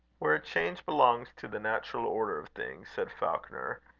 where a change belongs to the natural order of things, said falconer,